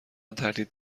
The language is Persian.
تردید